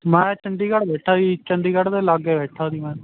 ਮੈਂ ਚੰਡੀਗੜ੍ਹ ਬੈਠਾ ਜੀ ਚੰਡੀਗੜ੍ਹ ਦੇ ਲਾਗੇ ਬੈਠਾ ਸੀ ਮੈਂ